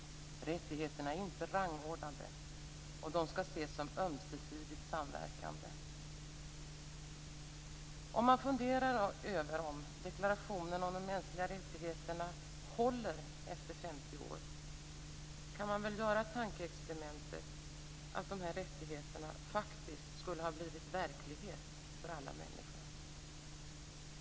Rättigheterna är inte rangordnade och de skall ses som ömsesidigt samverkande. Om man funderar över om deklarationen om de mänskliga rättigheterna håller efter 50 år kan man väl göra tankeexperimentet att de här rättigheterna faktiskt skulle ha blivit verklighet för alla människor.